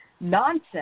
nonsense